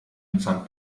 mitsamt